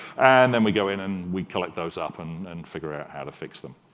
and then we go in and we collect those up and and figure out how to fix them.